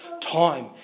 time